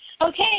Okay